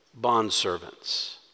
bondservants